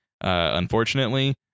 Unfortunately